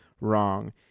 wrong